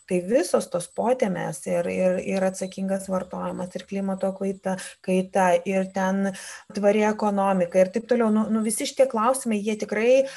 tai visos tos potemės ir ir ir atsakingas vartojimas ir klimato kaita kaita ir ten tvari ekonomika ir taip toliau nu nu visi šitie klausimai jie tikrai